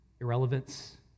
irrelevance